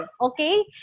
Okay